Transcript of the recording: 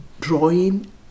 drawing